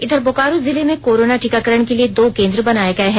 इधर बोकारो जिले में कोरोना टीकाकरण के लिए दो केंद्र बनाए गए हैं